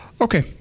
Okay